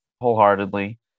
wholeheartedly